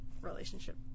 relationship